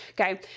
Okay